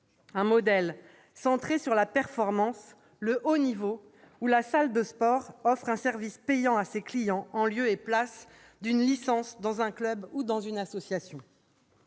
un modèle centré sur la performance, le haut niveau, où la salle de sport offre un service payant à ses clients, en lieu et place d'une licence dans un club ou une association.